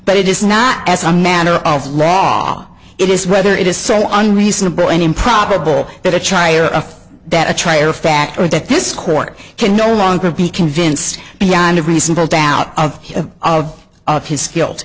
but it is not as a matter of law it is whether it is so on reasonable and improbable that achaia of that a tray or factor that this court can no longer be convinced beyond a reasonable doubt of of of his skills